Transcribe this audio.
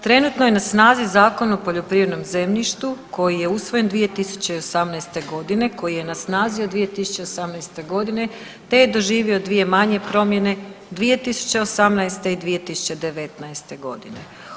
Trenutno je na snazi Zakon o poljoprivrednom zemljištu koji je usvojen 2018. godine, koji je na snazi od 2018. godine, te je doživio dvije manje promjene 2018. i 2019. godine.